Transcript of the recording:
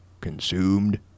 consumed